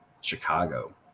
Chicago